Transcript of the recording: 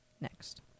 next